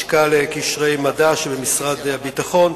לשכה לקשרי מדע שבמשרד הביטחון,